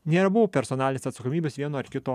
nebuvo personalinės atsakomybės vieno ar kito